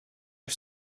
are